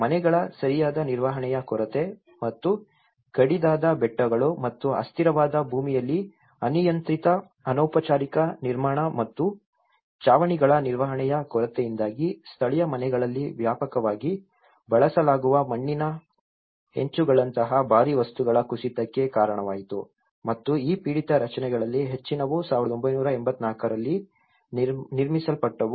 ಮನೆಗಳ ಸರಿಯಾದ ನಿರ್ವಹಣೆಯ ಕೊರತೆ ಮತ್ತು ಕಡಿದಾದ ಬೆಟ್ಟಗಳು ಮತ್ತು ಅಸ್ಥಿರವಾದ ಭೂಮಿಯಲ್ಲಿ ಅನಿಯಂತ್ರಿತ ಅನೌಪಚಾರಿಕ ನಿರ್ಮಾಣ ಮತ್ತು ಛಾವಣಿಗಳ ನಿರ್ವಹಣೆಯ ಕೊರತೆಯಿಂದಾಗಿ ಸ್ಥಳೀಯ ಮನೆಗಳಲ್ಲಿ ವ್ಯಾಪಕವಾಗಿ ಬಳಸಲಾಗುವ ಮಣ್ಣಿನ ಹೆಂಚುಗಳಂತಹ ಭಾರೀ ವಸ್ತುಗಳ ಕುಸಿತಕ್ಕೆ ಕಾರಣವಾಯಿತು ಮತ್ತು ಈ ಪೀಡಿತ ರಚನೆಗಳಲ್ಲಿ ಹೆಚ್ಚಿನವು 1984 ರಲ್ಲಿ ನಿರ್ಮಿಸಲ್ಪಟ್ಟವು